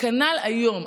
כנ"ל היום.